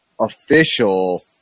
official